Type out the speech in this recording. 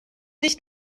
nicht